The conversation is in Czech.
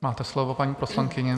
Máte slovo, paní poslankyně.